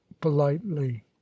politely